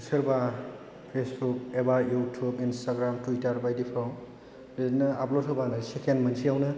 सोरबा फेसबुक एबा YouTube Instagram Twitter बायदिफोराव बिदिनो आपल'ड होबानो सेकेन्ड मोनसेयावनो